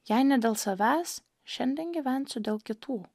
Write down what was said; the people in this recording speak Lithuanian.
jei ne dėl savęs šiandien gyvensiu dėl kitų